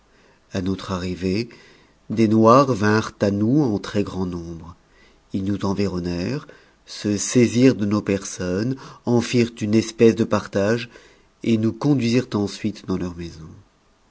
a notre arrivée des noirs vinrent à nous en très-grand nombre ils nous environnèrent se saisirent de nos personnes en firent une espèce de partage et nous conduisirent ensuite dans tours maisons